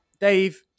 Dave